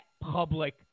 public